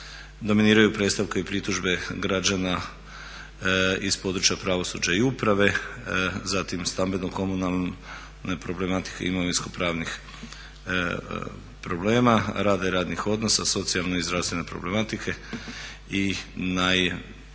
dominiraju predstavke i pritužbe građana iz područja pravosuđa i uprave, zatim stambeno-komunalne problematike, imovinsko-pravnih problema, rada i radnih odnosa, socijalne i zdravstvene problematike i najmanje